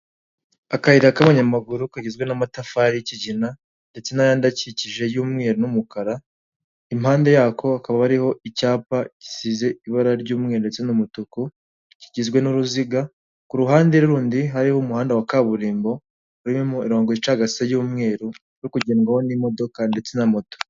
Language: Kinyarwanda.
Akayira k'abanyamaguru kagizwe n'amatafari y'kigina ndetse n'ayandi akikije y'umweru n'umukara, impande yako hakaba hariho icyapa gisize ibara ry'umweru n'umutuku kigizwe n'uruziga, ku ruhande rundi hariho umuhanda wa kaburimbo rurimo imurongo ucagasa y'umweru uri kugendwaho n'imodoka ndetse na moto.